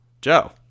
Joe